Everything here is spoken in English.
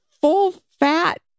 full-fat